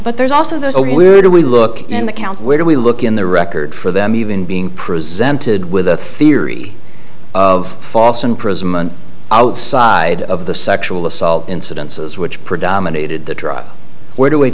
but there's also those who are we look in the county where we look in the record for them even being presented with a theory of false imprisonment outside of the sexual assault incidences which predominated the trial where do we